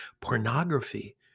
pornography